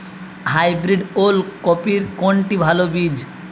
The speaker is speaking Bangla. হাইব্রিড ওল কপির কোনটি ভালো বীজ?